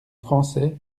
français